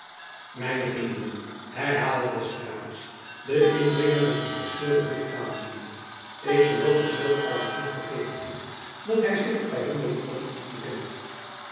mijn vrienden herhaalde d'estrades den indringer met een verstoorden blik aanziende ik geloof dat lord arlington vergeten heeft dat hy zich op vyandelijk grondgebied bevindt